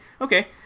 Okay